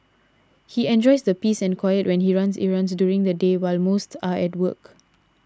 he enjoys the peace and quiet when he runs errands during the day while most are at work